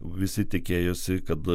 visi tikėjosi kad